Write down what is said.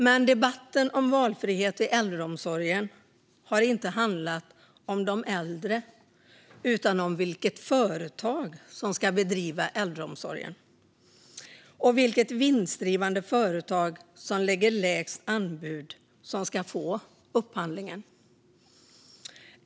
Men debatten om valfrihet i äldreomsorgen har inte handlat om de äldre utan om vilket företag som ska bedriva äldreomsorgen och vilket av de vinstdrivande företagen som lägger lägst anbud som vinner upphandlingen.